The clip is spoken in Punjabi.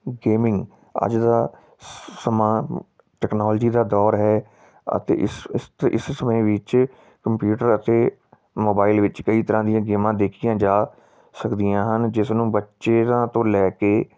ਗੇਮਿੰਗ ਅੱਜ ਦਾ ਸਮਾਂ ਟੈਕਨੋਲਜੀ ਦਾ ਦੌਰ ਹੈ ਅਤੇ ਇਸ ਸਮੇਂ ਵਿੱਚ ਕੰਪਿਊਟਰ ਅਤੇ ਮੋਬਾਈਲ ਵਿੱਚ ਕਈ ਤਰ੍ਹਾਂ ਦੀਆਂ ਗੇਮਾਂ ਦੇਖੀਆਂ ਜਾ ਸਕਦੀਆਂ ਹਨ ਜਿਸ ਨੂੰ ਬੱਚਿਆਂ ਤੋਂ ਲੈ ਕੇ